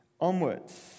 onwards